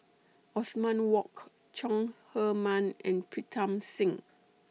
Othman Wok Chong Heman and Pritam Singh